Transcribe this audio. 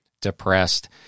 depressed